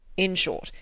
in short,